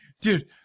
Dude